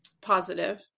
positive